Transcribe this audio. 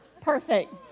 Perfect